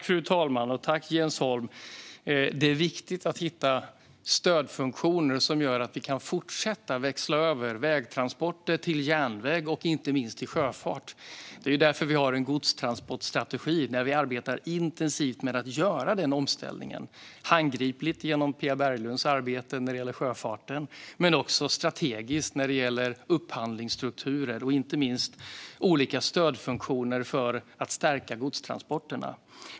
Fru talman! Det är viktigt att hitta stödfunktioner som gör att vi kan fortsätta växla över vägtransporter till järnväg och inte minst till sjöfart. Det är därför vi har en godstransportstrategi där vi arbetar intensivt med att göra den omställningen, handgripligt genom Pia Berglunds arbete med sjöfarten men också strategiskt genom upphandlingsstrukturer och inte minst olika stödfunktioner för att stärka godstransporterna.